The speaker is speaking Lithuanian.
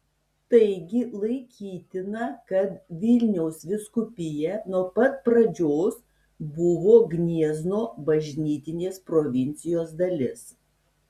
taigi laikytina kad vilniaus vyskupija nuo pat pradžios buvo gniezno bažnytinės provincijos dalis